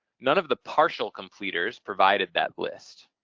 none of the partial completers provided that list.